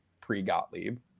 pre-gottlieb